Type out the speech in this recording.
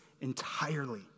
entirely